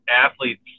athletes